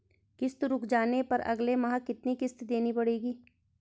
किश्त रुक जाने पर अगले माह कितनी किश्त देनी पड़ेगी?